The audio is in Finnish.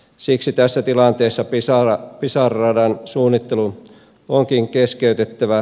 siksi tässä tilanteessa pisara radan suunnittelu onkin keskeytettävä